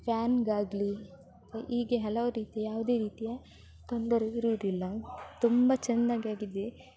ಫ್ಯಾನ್ಗಾಗಲಿ ಹೀಗೆ ಹಲವು ರೀತಿಯ ಯಾವುದೇ ರೀತಿಯ ತೊಂದರೆ ಇರುವುದಿಲ್ಲ ತುಂಬ ಚೆನ್ನಗಾಗಿದೆ